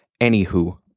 anywho